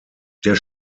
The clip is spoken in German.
der